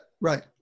right